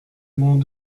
monts